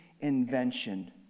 invention